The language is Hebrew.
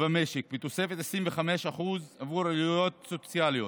במשק בתוספת 25% עבור עלויות סוציאליות.